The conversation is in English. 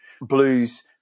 blues